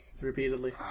repeatedly